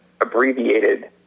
abbreviated